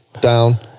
down